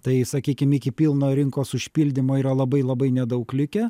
tai sakykim iki pilno rinkos užpildymo yra labai labai nedaug likę